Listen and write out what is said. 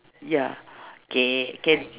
ya k can